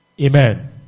Amen